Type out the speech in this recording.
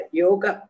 yoga